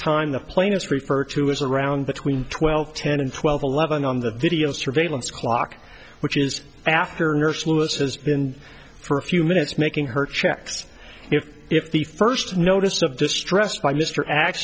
time the plaintiffs refer to is around between twelve ten and twelve eleven on the video surveillance clock which is after nurse lewis has been for a few minutes making her checks if if the first notice of distressed by mr